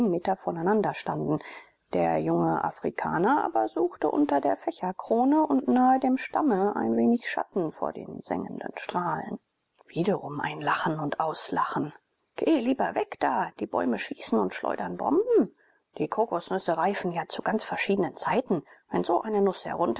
meter voneinander standen der junge afrikaner aber suchte unter der fächerkrone und nahe dem stamme ein wenig schatten vor den sengenden strahlen wiederum ein lachen und auslachen geh lieber weg da die bäume schießen und schleudern bomben die kokosnüsse reifen ja zu ganz verschiedenen zeiten wenn so eine nuß